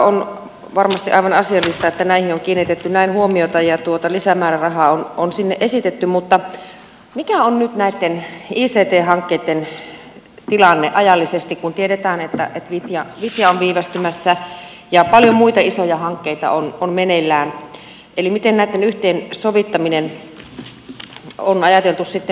on varmasti aivan asiallista että näihin on kiinnitetty näin huomiota ja tuota lisämäärärahaa on sinne esitetty mutta mikä on nyt näitten ict hankkeitten tilanne ajallisesti kun tiedetään että vitja on viivästymässä ja paljon muita isoja hankkeita on meneillään eli miten näitten yhteensovittamisen on ajateltu sitten sujuvan